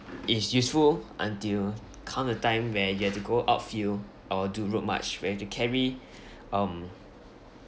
is useful until come the time where you have to go outfield or do route march where you've to carry um